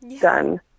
done